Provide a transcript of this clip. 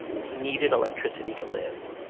and he needed electricity to live.